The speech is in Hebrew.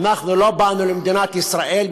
אנחנו לא באנו למדינת ישראל,